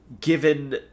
given